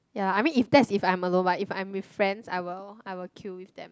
ya I mean if that's if I'm alone but if I'm with friends I will I will queue with them